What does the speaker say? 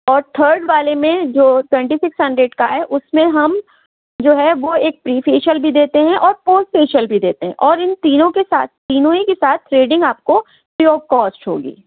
اور تھرڈ والے میں جو ٹوینٹی سکس ہنڈریڈ کا ہے اس میں ہم جو ہے وہ ایک پری فیشیل بھی دیتے ہیں اور پوسٹ فیشیل بھی دیتے ہیں اور ان تینوں کے ساتھ تینوں ہی کے ساتھ تھریڈنگ آپ کو فری آف کوسٹ ہوگی